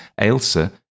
Ailsa